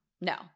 No